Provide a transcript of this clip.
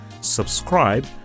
subscribe